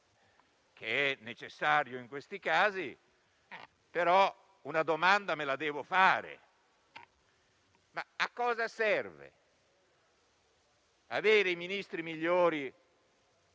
necessario in questi casi, una domanda me la devo fare: a cosa serve avere i Ministri migliori,